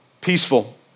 peaceful